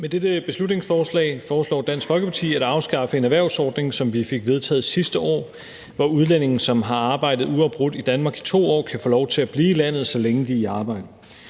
Med dette beslutningsforslag foreslår Dansk Folkeparti at afskaffe en erhvervsordning, som vi fik vedtaget sidste år, hvor udlændinge, som har arbejdet uafbrudt i Danmark i 2 år, kan få lov til at blive i landet, så længe de er i arbejde.